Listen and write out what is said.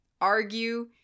argue